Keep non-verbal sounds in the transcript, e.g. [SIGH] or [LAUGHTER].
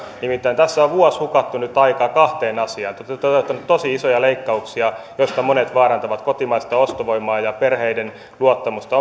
nimittäin tässä on nyt vuosi hukattu aikaa kahteen asiaan te olette toteuttaneet tosi isoja leikkauksia joista monet vaarantavat kotimaista ostovoimaa ja perheiden luottamusta [UNINTELLIGIBLE]